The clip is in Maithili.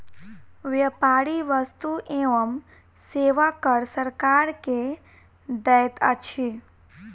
व्यापारी वस्तु एवं सेवा कर सरकार के दैत अछि